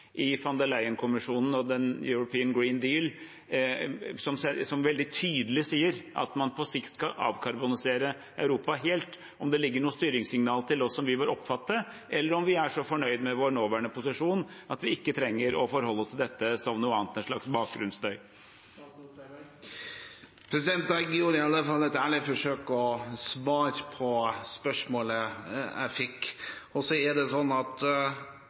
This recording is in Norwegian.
i von der Leyen-kommisjonen og European Green Deal – som veldig tydelig sier at man på sikt skal avkarbonisere Europa helt – gir noe styringssignal til oss som vi bør oppfatte, eller om vi er så fornøyd med vår nåværende posisjon at vi ikke trenger å forholde oss til dette som noe annet enn en slags bakgrunnsstøy. Jeg gjorde i alle fall et ærlig forsøk på å svare på spørsmålet jeg fikk. En dato, som representanten egentlig spør om, for når energisystemene i Europa vil være omstilt til at